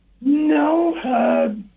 No